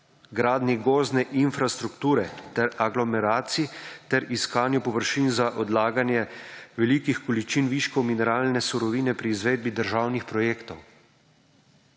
gradnji gozdne infrastrukture ter aglomeracije ter iskanju površin za odlaganje velikih količin viškov mineralne surovine pri izvedbi državnih projektov